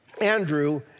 Andrew